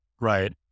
Right